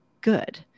good